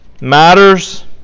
matters